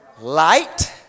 light